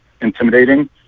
intimidating